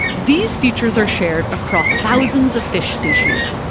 these features are shared across thousands of fish species,